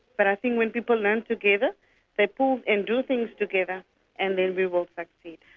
but i think when people learn together they pull and do things together and then we will succeed.